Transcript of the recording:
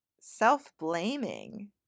self-blaming